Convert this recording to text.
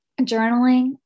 Journaling